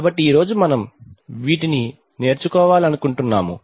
కాబట్టి ఈ రోజు మనం వీటిని నేర్చుకోవాలనుకుంటున్నాము